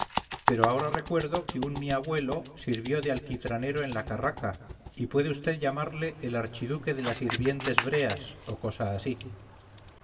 pero ahora recuerdo que un mi abuelo sirvió de alquitranero en la carraca y puede vd llamarle el archiduque de las hirvientes breas o cosa así